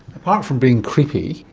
apart from being creepy,